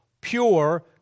pure